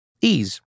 Ease